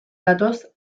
datoz